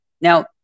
Now